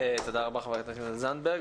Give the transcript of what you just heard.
תודה רבה, חברת הכנסת זנדברג.